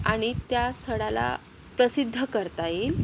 आणि त्या स्थळाला प्रसिद्ध करता येईल